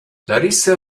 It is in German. larissa